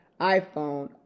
iPhone